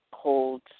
Cold